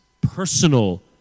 personal